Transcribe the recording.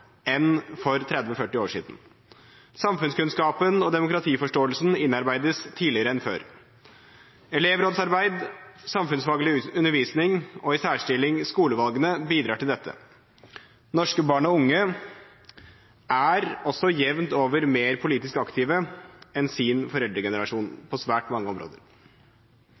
enn for 30–40 år siden. Samfunnskunnskapen og demokratiforståelsen innarbeides tidligere enn før. Elevrådsarbeid, samfunnsfaglig undervisning – og i særstilling skolevalgene – bidrar til dette. Norske barn og unge er også jevnt over mer politisk aktive enn sin foreldregenerasjon på svært mange områder.